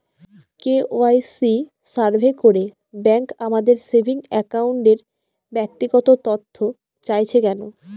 KYC survey করে bank আমাদের saving অ্যাকাউন্টের ব্যক্তিগত তথ্য চাইছে কেন?